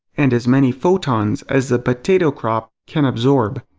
and as many photons as the potato crop can absorb.